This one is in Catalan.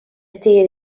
estigué